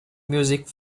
music